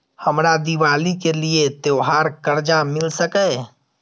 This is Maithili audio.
हमरा दिवाली के लिये त्योहार कर्जा मिल सकय?